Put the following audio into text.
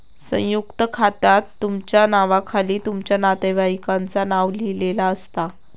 संयुक्त खात्यात तुमच्या नावाखाली तुमच्या नातेवाईकांचा नाव लिहिलेला असता